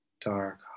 dark